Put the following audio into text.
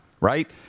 right